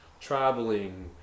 traveling